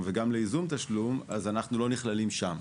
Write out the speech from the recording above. וגם לייזום תשלום אנחנו לא נכללים שם.